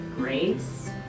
grace